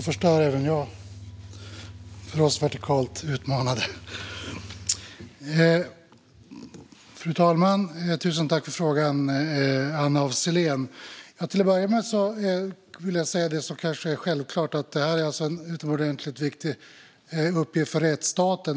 Fru talman! Tusen tack, Anna af Sillén, för frågan! Till att börja med vill jag säga det som kanske är självklart: Det här är en utomordentligt viktig uppgift för rättsstaten.